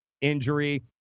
injury